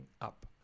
Up